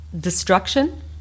destruction